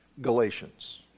Galatians